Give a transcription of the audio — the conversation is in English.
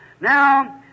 Now